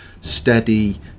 steady